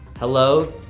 hello,